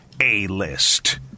A-List